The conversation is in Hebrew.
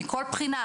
מכל בחינה,